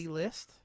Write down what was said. list